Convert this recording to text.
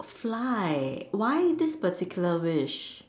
fly why this particular wish